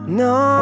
no